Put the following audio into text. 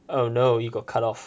oh no you got cut off